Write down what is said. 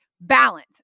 Balance